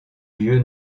lieu